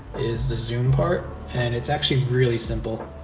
is the zoom part, and it's actually really simple.